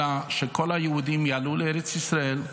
אלא שכל היהודים יעלו לארץ ישראל,